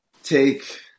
take